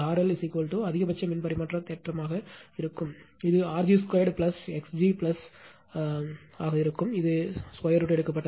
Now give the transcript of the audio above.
L அதிகபட்ச மின் பரிமாற்ற தேற்றமாக இருக்கும் இது R g 2 X g ஆக இருக்கும் இது 2 எடுக்கப்பட்டது